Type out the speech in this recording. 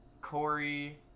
Corey